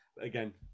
again